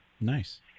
nice